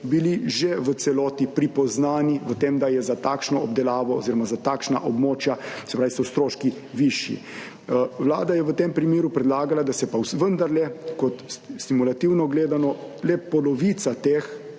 bili že v celoti pripoznani v tem, da je za takšno obdelavo oziroma za takšna območja, se pravi, so stroški višji. Vlada je v tem primeru predlagala, da se pa vendarle kot stimulativno gledano le polovica teh